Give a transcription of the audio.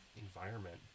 environment